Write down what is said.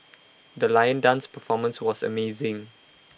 the lion dance performance was amazing